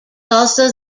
also